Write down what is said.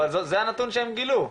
אבל זה הנתון שהם גילו.